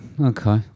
Okay